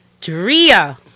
Drea